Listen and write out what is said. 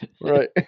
Right